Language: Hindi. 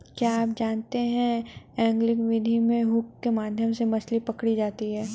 क्या आप जानते है एंगलिंग विधि में हुक के माध्यम से मछली पकड़ी जाती है